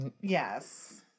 Yes